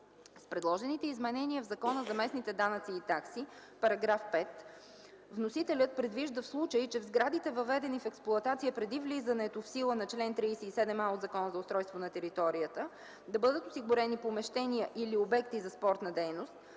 С предложените изменения в Закона за местните данъци и такси –§ 5, вносителят предвижда в случай, че в сградите, въведени в експлоатация преди влизането в сила на чл.37а от Закона за устройство на територията, бъдат осигурени помещения или обекти за спортна дейност,